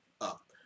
up